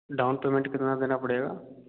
down payment कितना देना पड़ेगा